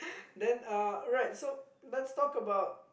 then uh right so let's talk about